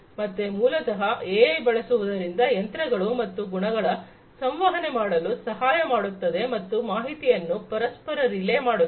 ಮತ್ತೆ ಮೂಲತಹ ಎಐ ಬಳಸುವುದರಿಂದ ಯಂತ್ರಗಳು ಮತ್ತು ಗಣಗಳು ಸಂವಹನ ಮಾಡಲು ಸಹಾಯಮಾಡುತ್ತದೆ ಮತ್ತು ಮಾಹಿತಿಯನ್ನು ಪರಸ್ಪರ ರಿಲೇ ಮಾಡುತ್ತದೆ